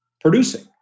producing